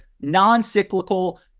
non-cyclical